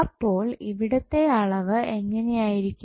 അപ്പോൾ ഇവിടത്തെ അളവ് ഇങ്ങനെ ആയിരിക്കും